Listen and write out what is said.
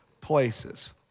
places